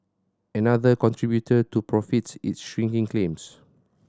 another contributor to profits is shrinking claims